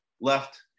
left